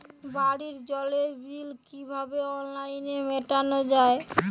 বাড়ির জলের বিল কিভাবে অনলাইনে মেটানো যায়?